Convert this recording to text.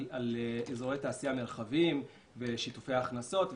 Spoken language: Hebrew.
אזורי תעשייה מרחביים ושיתופי הכנסות.